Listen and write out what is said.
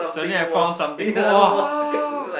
suddenly I found something !wah!